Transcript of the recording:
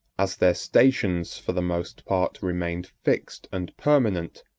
as their stations, for the most part, remained fixed and permanent,